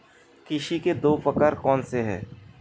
कृषि के दो प्रकार कौन से हैं?